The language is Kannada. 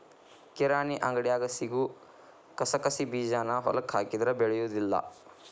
ಕಿರಾಣಿ ಅಂಗಡ್ಯಾಗ ಸಿಗು ಕಸಕಸಿಬೇಜಾನ ಹೊಲಕ್ಕ ಹಾಕಿದ್ರ ಬೆಳಿಯುದಿಲ್ಲಾ